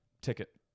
ticket